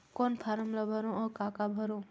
कौन फारम ला भरो और काका भरो?